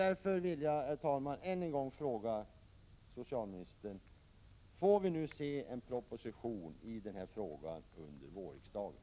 Därför vill jag, herr talman, än en gång fråga socialministern: Får vi se en proposition om detta under vårriksdagen?